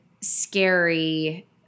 scary –